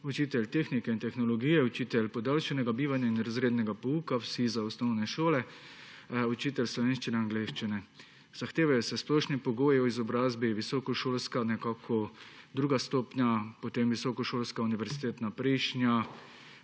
učitelj tehnike in tehnologije, učitelj podaljšanega bivanja in razrednega pouka, vsi za osnovne šole, učitelj slovenščine in angleščine. Zahtevajo se splošni pogoji o izobrazbi, visokošolska druga stopnja, potem visokošolska univerzitetna prejšnja,